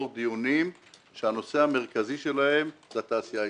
דיונים שהנושא המרכזי שלהם זאת התעשייה הישראלית.